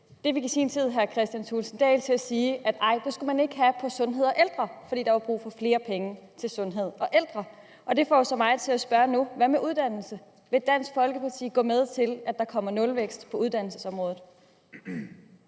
Det fik i sin tid hr. Kristian Thulesen Dahl til at sige, at det skulle man ikke have på sundheds- og ældreområdet, for der var brug for flere penge til sundhed og ældre. Det får mig til at spørge: Hvad med uddannelse? Vil Dansk Folkeparti gå med til, at der kommer nulvækst på uddannelsesområdet?